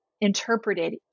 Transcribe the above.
interpreted